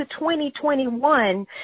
2021